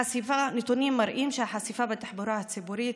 נתונים מראים שהחשיפה בתחבורה הציבורית